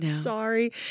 Sorry